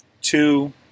two